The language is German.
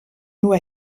nur